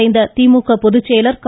மறைந்த திமுக பொதுச்செயலர் க